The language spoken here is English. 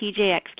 TJX